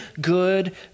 good